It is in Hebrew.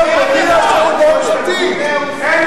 אין